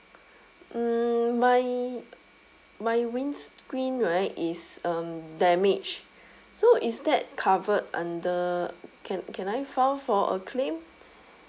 mm my my windscreen right is um damaged so is that covered under can can I file for a claim